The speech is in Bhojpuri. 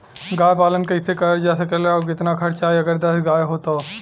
गाय पालन कइसे करल जा सकेला और कितना खर्च आई अगर दस गाय हो त?